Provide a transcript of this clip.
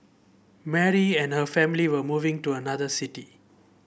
Mary and her family were moving to another city